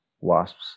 wasps